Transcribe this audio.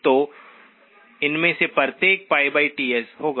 तो इनमें से प्रत्येक Ts होगा